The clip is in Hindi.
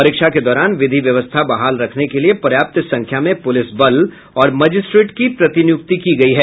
परीक्षा के दौरान विधि व्यवस्था बहाल रखने के लिये पर्याप्त संख्या में पूलिस बल और मजिस्ट्रेट की प्रतिनियुक्ति की गई है